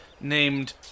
named